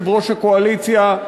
יושב-ראש הקואליציה,